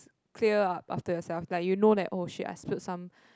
clear up after yourself like you know that oh !shit! I spilled some